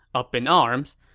up in arms.